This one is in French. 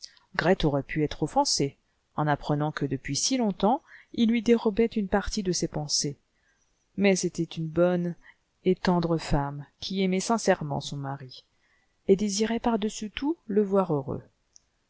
grethe aurait pu être offensée en apprenant que depuis si longtemps il lui dérobait une partie de ses pensées mais c'était une bonne et tendre femme qui aimait sincèrement son mari et désirait pardessus tout le voir heureux